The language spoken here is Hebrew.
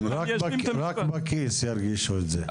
רק בכיס ירגישו את זה.